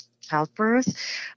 childbirth